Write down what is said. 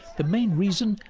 the main reason?